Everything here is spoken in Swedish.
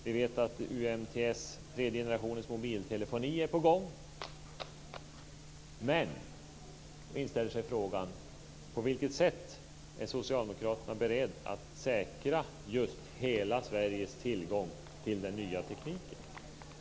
Vi vet att UMTS, tredje generationens mobiltelefoni, är på gång. Men då inställer sig frågan: På vilket sätt är socialdemokraterna beredda att säkra just hela Sveriges tillgång till den nya tekniken?